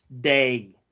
day